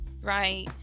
Right